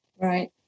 right